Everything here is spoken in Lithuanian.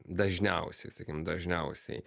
dažniausiai sakykim dažniausiai